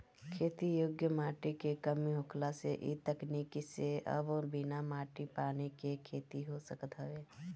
खेती योग्य माटी के कमी होखला से इ तकनीकी से अब बिना माटी पानी के खेती हो सकत हवे